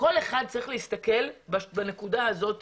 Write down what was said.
כל אחד צריך להסתכל בנקודה הזאת